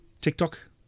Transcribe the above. TikTok